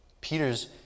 Peter's